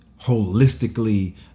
holistically